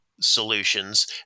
solutions